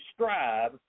strive